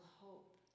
hope